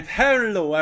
hello